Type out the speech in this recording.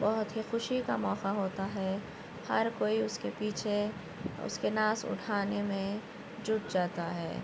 بہت ہی خوشی کا موقع ہوتا ہے ہر کوئی اُس کے پیچھے اُس کے ناز اٹھانے میں جٹ جاتا ہے